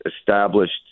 established –